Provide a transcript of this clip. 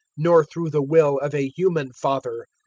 nor through the will of a human father,